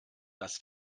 dass